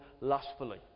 lustfully